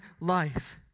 life